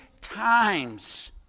times